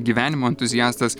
gyvenimo entuziastas